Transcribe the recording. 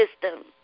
system